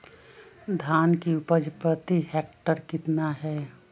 धान की उपज प्रति हेक्टेयर कितना है?